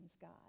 God